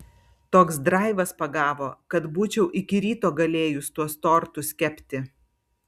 toks draivas pagavo kad būčiau iki ryto galėjus tuos tortus kepti